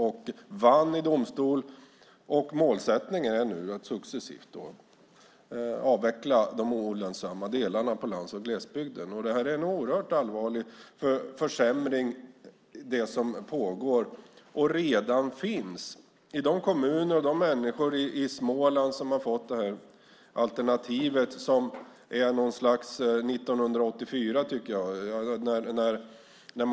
Telia vann i domstol. Målsättningen är nu att successivt avveckla de olönsamma delarna på lands och glesbygden. Det som pågår och som redan finns är en oerhört allvarlig försämring. För de kommuner och människor i Småland som har fått det här alternativet är det något slags 1984, tycker jag.